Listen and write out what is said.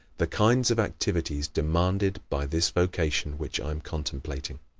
the kinds of activity demanded by this vocation which i am contemplating?